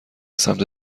سمت